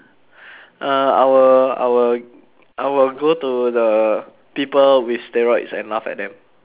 uh I will I will I will go to the people with steroids and laugh at them